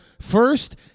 first